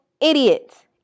idiots